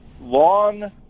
long